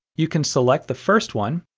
you can select the first one,